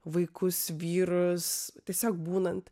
vaikus vyrus tiesiog būnant